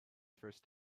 first